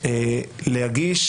והוא בהחלט מרשים,